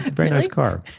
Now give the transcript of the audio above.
but very nice car